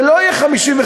ולא יהיה 55%,